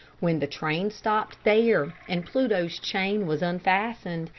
when the train stopped there, and pluto's chain was unfastened,